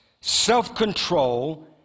Self-control